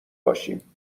باشیم